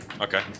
Okay